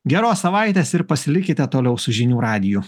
geros savaitės ir pasilikite toliau su žinių radiju